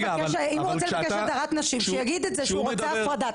אם הוא רוצה לבקש הדרת נשים אז שיגיד את זה שהוא רוצה הפרדה,